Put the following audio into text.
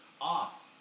Off